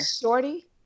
Shorty